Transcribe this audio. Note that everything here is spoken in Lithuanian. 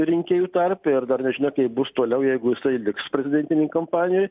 rinkėjų tarpe ir dar nežinia kaip bus toliau jeigu jisai liks prezidentinėj kampanijoj